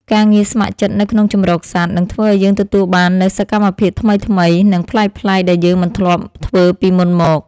ការងារស្ម័គ្រចិត្តនៅក្នុងជម្រកសត្វ នឹងធ្វើឲ្យយើងទទួលបាននូវសកម្មភាពថ្វីៗ និងប្លែកៗដែលយើងមិនធ្លាប់ធ្វើពីមុនមក។